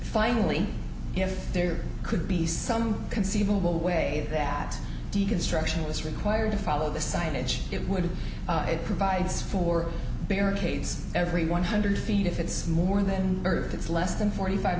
finally if there could be some conceivable way that deconstruction was required to follow the signage it would it provides for barricades every one hundred feet if it's more than earth it's less than forty five